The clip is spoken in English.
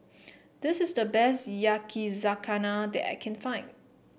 this is the best Yakizakana that I can find